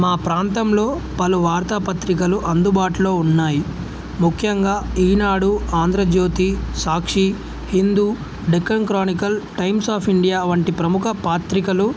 మా ప్రాంతంలో పలు వార్తాపత్రికలు అందుబాటులో ఉన్నాయి ముఖ్యంగా Eenadu Andhrajyothy Sakshi Hindu Deccan chronicle times of India వంటి ప్రముఖ పత్రికలు